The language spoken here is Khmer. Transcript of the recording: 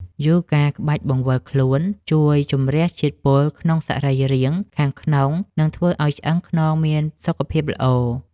យូហ្គាក្បាច់បង្វិលខ្លួន ជួយជម្រះជាតិពុលក្នុងសរីរាង្គខាងក្នុង និងធ្វើឱ្យឆ្អឹងខ្នងមានសុខភាពល្អ។